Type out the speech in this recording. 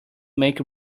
make